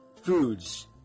foods